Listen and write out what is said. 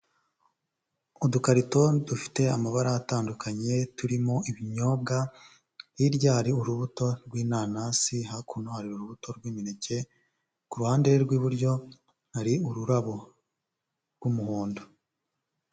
Udukarito dufite amabara atandukanye turimo ibinyobwa, hirya hari urubuto rw'inanasi, hakuno hari urubuto rw'imineke, ku ruhande rw'iburyo hari ururabo rw'umuhondo.